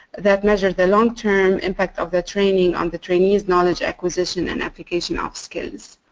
that measures the long term impact of the training on the trainee's knowledge acquisition and application of skills.